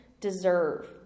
deserve